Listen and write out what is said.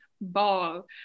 ball